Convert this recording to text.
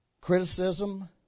Criticism